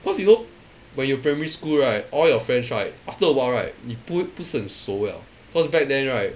because you know when you primary school right all your friends right after awhile right 你不不是很熟 liao cause back then right